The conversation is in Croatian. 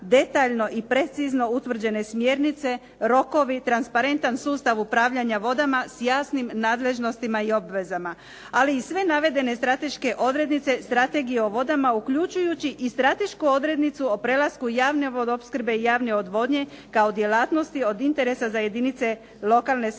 detaljno i precizno utvrđene smjernice, rokovi, transparentan sustav upravljanja vodama s jasnim nadležnostima i obvezama. Ali i sve navedene strateške odrednice strategije o vodama uključujući i stratešku odrednicu o prelasku javne vodoopskrbe i javne odvodnje kao djelatnosti od interesa za jedinice lokalne samouprave